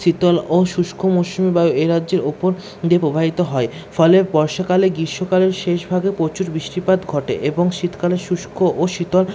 শীতল ও শুষ্ক মৌসুমী বায়ু এ রাজ্যের ওপর দিয়ে প্রবাহিত হয় ফলে বর্ষাকালে গ্রীষ্মকালের শেষভাগে প্রচুর বৃষ্টিপাত ঘটে এবং শীতকালে শুষ্ক ও শীতল